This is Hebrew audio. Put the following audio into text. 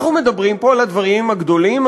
אנחנו מדברים פה על הדברים הגדולים,